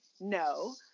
no